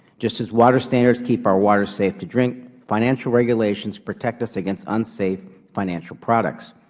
just as water standards keep our water safe to drink, financial regulations protect us against unsafe financial products.